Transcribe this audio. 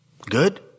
Good